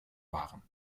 waren